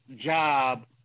job